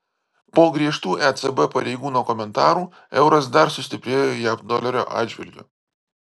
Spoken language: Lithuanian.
po griežtų ecb pareigūno komentarų euras dar sustiprėjo jav dolerio atžvilgiu